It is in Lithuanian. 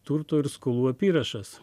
turto ir skolų apyrašas